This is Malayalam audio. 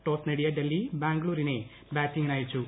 ടോസ് നേടിയ ഡൽഹി ബാംഗ്ലൂരിനെ ബാറ്റിംഗിന് അയച്ചു